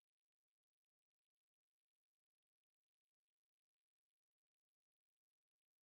of course don't have the professional chef standard 可是有那个 家的味道 lor